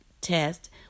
test